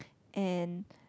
and